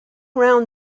round